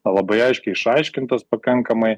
labai aiškiai išaiškintas pakankamai